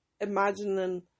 imagining